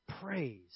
praise